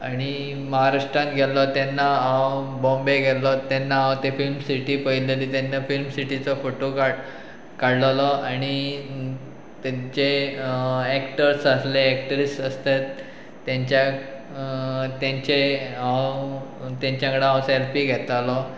आनी महाराष्ट्रान गेल्लो तेन्ना हांव बॉम्बे गेल्लो तेन्ना हांव ते फिल्म सिटी पळयलेली तेन्ना फिल्म सिटीचो फोटो काड काडलोलो आनी तेचे एक्टर्स आसले एक्ट्रीस आसतात तेंच्या तेंचे हांव तेंच्या कडल्यान हांव सेल्फी घेतालो